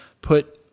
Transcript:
put